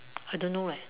I don't know leh